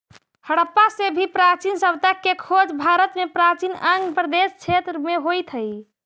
हडप्पा से भी प्राचीन सभ्यता के खोज भारत में प्राचीन अंग प्रदेश क्षेत्र में होइत हई